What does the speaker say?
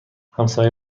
همسایه